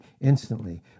instantly